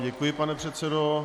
Děkuji vám, pane předsedo.